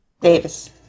Davis